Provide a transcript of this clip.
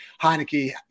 Heineke